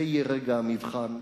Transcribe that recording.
זה יהיה רגע המבחן,